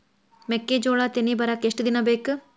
ಮೆಕ್ಕೆಜೋಳಾ ತೆನಿ ಬರಾಕ್ ಎಷ್ಟ ದಿನ ಬೇಕ್?